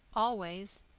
always.